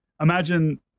imagine